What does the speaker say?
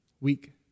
weak